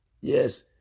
Yes